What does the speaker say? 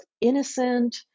innocent